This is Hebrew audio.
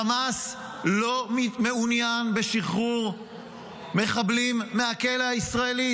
חמאס לא מעוניין בשחרור מחבלים מהכלא הישראלי,